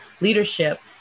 leadership